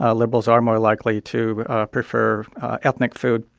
ah liberals are more likely to prefer ethnic food.